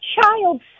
child